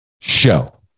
show